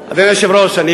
היושב-ראש,